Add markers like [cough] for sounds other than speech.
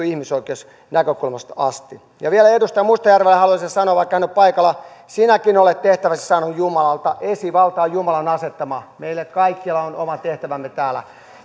[unintelligible] ihmisoikeusnäkökulmasta asti vielä edustaja mustajärvelle haluaisin sanoa vaikka hän ei ole paikalla sinäkin olet tehtäväsi saanut jumalalta esivalta on jumalan asettama meille kaikille on oma tehtävämme täällä